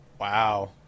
Wow